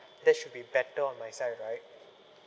that should be better on my side right